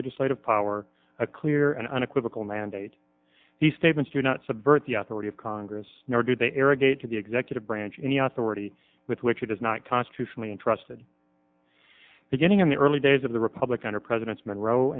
legislative power a clear and unequivocal mandate he statements do not subvert the authority of congress nor do they arrogated the executive branch any authority with which it is not constitutionally entrusted beginning in the early days of the republican are presidents monroe